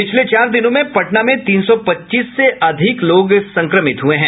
पिछले चार दिनों में पटना में तीन सौ पच्चीस से अधिक लोग संक्रमित हुये हैं